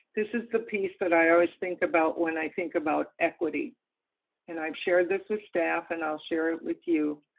this is the piece that i always think about when i think about equity and i shared this with staff and i'll share it with you,